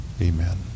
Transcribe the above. Amen